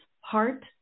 heart